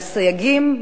והסייגים,